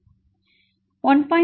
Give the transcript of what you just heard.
1